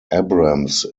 abrams